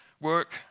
work